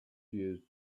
used